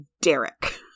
derek